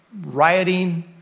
rioting